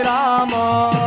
Rama